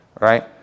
right